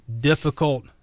difficult